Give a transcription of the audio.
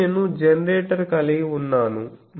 మళ్ళీ నేను జనరేటర్ కలిగి ఉన్నాను